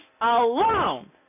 alone